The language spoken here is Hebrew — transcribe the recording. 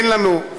אין לנו,